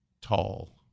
tall